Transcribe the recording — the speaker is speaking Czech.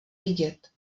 vidět